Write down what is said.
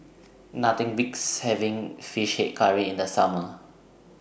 Nothing Beats having Fish Head Curry in The Summer